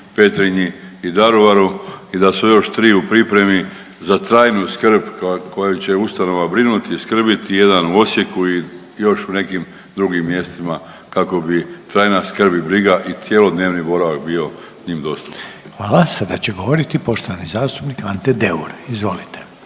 Petrinji i Daruvaru i da su još tri u pripremi za trajnu skrb koja će ustanova brinuti, skrbiti, jedan u Osijeku i još u nekim drugim mjestima kako bi trajna skrb i briga i cjelodnevni boravak bio im dostupan. **Reiner, Željko (HDZ)** Hvala. Sada će govoriti poštovani zastupnik Ante Deur. Izvolite.